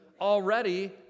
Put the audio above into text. already